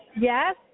Yes